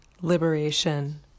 liberation